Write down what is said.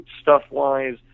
stuff-wise